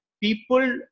people